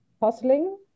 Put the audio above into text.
puzzling